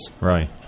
Right